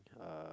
uh